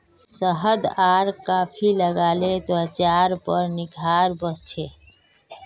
शहद आर कॉफी लगाले त्वचार पर निखार वस छे